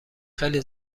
خیلی